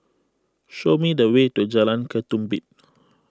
show me the way to Jalan Ketumbit